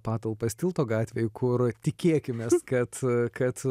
patalpas tilto gatvėj kur tikėkimės kad kad